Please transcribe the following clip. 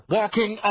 walking